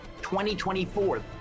2024